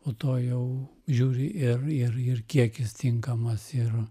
po to jau žiūri ir ir ir kiekis tinkamas ir